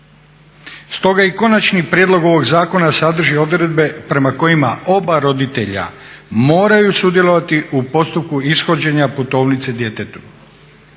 Stoga i konačni prijedlog ovoga zakona sadrži odredbe prema kojima oba roditelja moraju sudjelovati u postupku ishođenja putovnice.